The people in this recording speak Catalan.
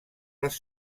les